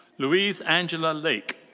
louise angela lake.